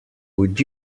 would